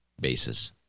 basis